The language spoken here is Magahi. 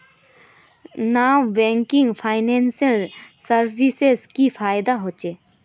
नॉन बैंकिंग फाइनेंशियल सर्विसेज से की फायदा होचे?